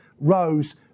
rose